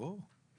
ברור.